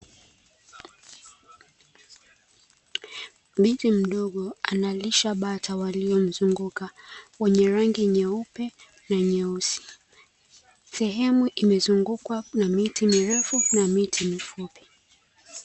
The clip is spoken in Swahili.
Binti mdogo analisha bata waliomzunguka, wenye rangi nyeupe na nyeusi. Sehemu imezungukwa na miti mirefu na miti mifupi .